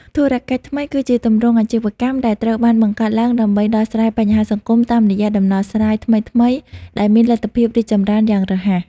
ធុរកិច្ចថ្មីគឺជាទម្រង់អាជីវកម្មដែលត្រូវបានបង្កើតឡើងដើម្បីដោះស្រាយបញ្ហាសង្គមតាមរយៈដំណោះស្រាយថ្មីៗដែលមានលទ្ធភាពរីកចម្រើនយ៉ាងរហ័ស។